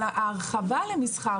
אבל ההרחבה למסחר,